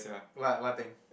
what what thing